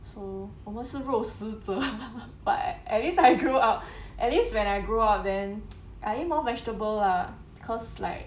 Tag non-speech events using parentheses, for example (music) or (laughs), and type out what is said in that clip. so 我们是肉食者 (laughs) but at least I grew up at least when I grew up then I eat more vegetable lah cause like